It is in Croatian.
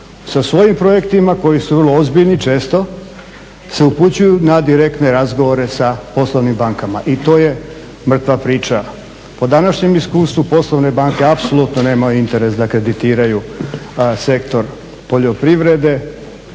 Sa svojim projektima koji su vrlo ozbiljni često se upućuju na direktne razgovore sa poslovnim bankama i to je mrtva priča. Po današnjem iskustvu poslovne banke apsolutno nemaju interes da kreditiraju sektor poljoprivrede